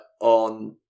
on